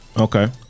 Okay